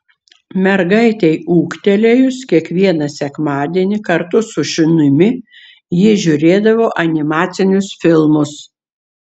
mergaitei ūgtelėjus kiekvieną sekmadienį kartu su šunimi ji žiūrėdavo animacinius filmus